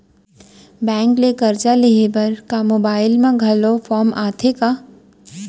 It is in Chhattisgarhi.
बैंक ले करजा लेहे बर का मोबाइल म घलो फार्म आथे का?